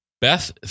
Beth